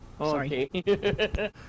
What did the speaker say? okay